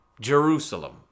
Jerusalem